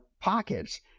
pockets